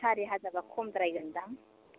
सारि हाजारबा खमद्रायगोनदां